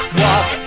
walk